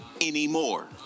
anymore